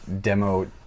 demo